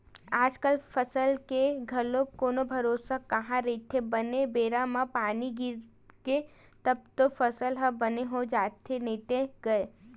आजकल फसल के घलो कोनो भरोसा कहाँ रहिथे बने बेरा म पानी गिरगे तब तो फसल ह बने हो जाथे नइते गय